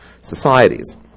societies